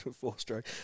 four-stroke